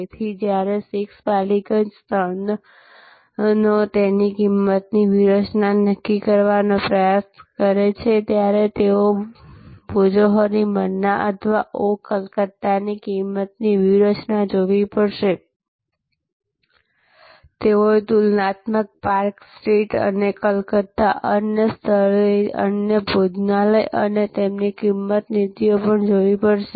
તેથી જ્યારે 6 બાલીગંજ સ્થાનો તેમની કિંમતની વ્યૂહરચના નક્કી કરવાનો પ્રયાસ કરે છે ત્યારે તેઓએ ભોજોહોરી મન્ના અથવા ઓહ કલકત્તાની કિંમતની વ્યૂહરચના જોવી પડશે તેઓએ તુલનાત્મક પાર્ક સ્ટ્રીટ અને કલકત્તામાં અન્ય સ્થળોએ અન્ય ભોજનાલય અને તેમની કિંમત નીતિઓ પણ જોવી પડશે